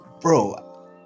Bro